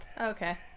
Okay